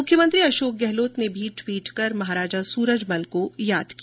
मुख्यमंत्री अशोक गहलोत ने भी ट्वीट कर महाराजा सूरजमल को याद किया